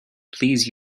please